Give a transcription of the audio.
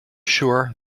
sure